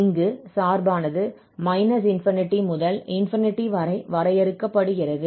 இங்கு சார்பானது ∞ முதல் ∞ வரை வரையறுக்கப்படுகிறது